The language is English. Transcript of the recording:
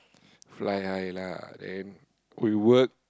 fly high lah then we work